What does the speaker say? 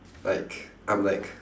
like I'm like